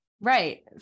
Right